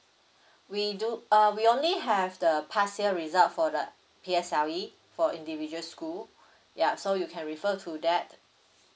we do uh we only have the past year result for the P_S_L_E for individual school ya so you can refer to that